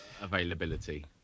Availability